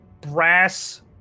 brass